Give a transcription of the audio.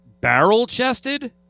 barrel-chested